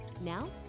Now